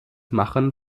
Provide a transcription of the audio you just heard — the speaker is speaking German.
machen